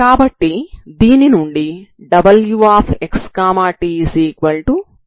కాబట్టి దీని నుండి wxtu1xt u2xt0 అవుతుంది